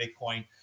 Bitcoin